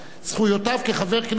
זכויותיו כחבר כנסת,